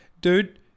dude